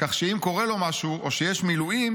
כך שאם קורה לו משהו או שיש מילואים